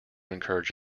encourage